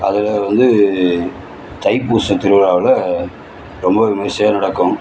அதில் வந்து தைப்பூச திருவிழாவில் ரொம்ப விமரிசையாக நடக்கும்